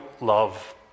love